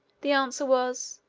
the answer was,